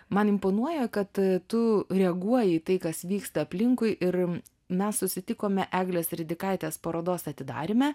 man imponuoja kad tu reaguoji į tai kas vyksta aplinkui ir mes susitikome eglės ridikaitės parodos atidaryme